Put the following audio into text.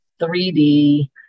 3d